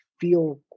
feel